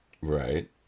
Right